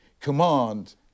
command